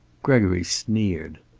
gregory sneered.